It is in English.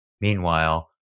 Meanwhile